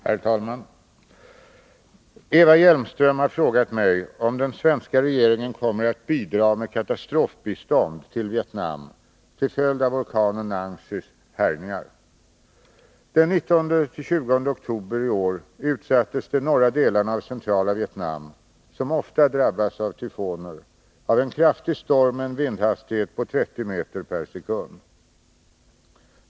Herr talman! Eva Hjelmström har frågat mig om den svenska regeringen kommer att bidra med katastrofbistånd till Vietnam till följd av orkanen Nancys härjningar. Den 19-20 oktober i år utsattes de norra delarna av centrala Vietnam — som ofta drabbas av tyfoner — för en kraftig storm med en vindhastighet på 30 meter per sekund.